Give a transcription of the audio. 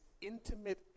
intimate